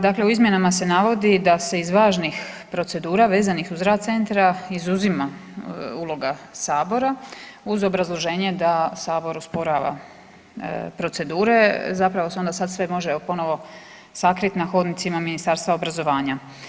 Dakle, u izmjenama se navodi da se iz važnih procedura uz rad centra, izuzima uloga Sabora uz obrazloženje da Sabor usporava procedure, zapravo se onda sve može ponovo sakriti na hodnicima Ministarstva obrazovanja.